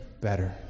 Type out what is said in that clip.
better